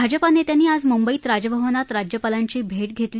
भाजपा नेत्यांनी आज मुंबईत राजभवनात राज्यपालांची भेट घेतली